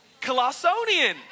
Colossonian